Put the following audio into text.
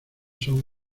son